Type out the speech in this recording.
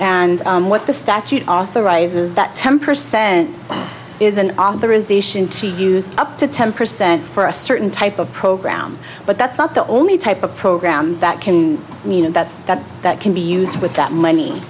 and what the statute authorizes that ten percent is an authorization to use up to ten percent for a certain type of program but that's not the only type of program that can that that that can be used with that money